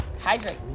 Hydrate